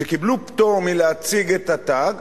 שקיבלו פטור מלהציג את התג,